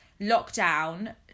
lockdown